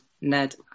Ned